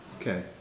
Okay